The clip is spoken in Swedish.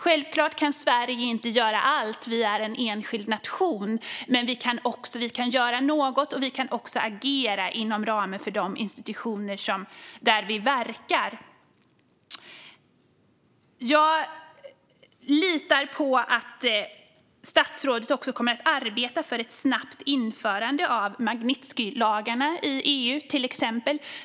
Självklart kan Sverige inte göra allt. Vi är en enskild nation. Men vi kan göra något, och vi kan agera inom ramen för de institutioner där vi verkar. Jag litar på att statsrådet exempelvis kommer att arbeta för ett snabbt införande av Magnitskijlagarna i EU.